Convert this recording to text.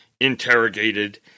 interrogated